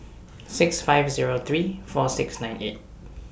six five Zero three four six nine eight